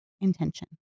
intention